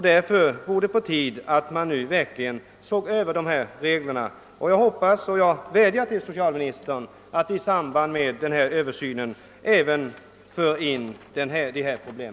Därför är det nu tid att se över reglerna. Jag vädjar sålunda till socialministern att han i samband med den kommande översynen även tar med dessa problem.